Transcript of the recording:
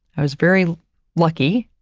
i was very lucky,